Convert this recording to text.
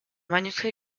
manuscrit